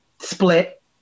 split